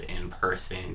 in-person